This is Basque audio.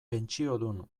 pentsiodun